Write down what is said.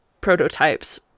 prototypes